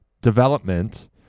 development